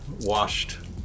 washed